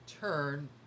turn